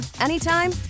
anytime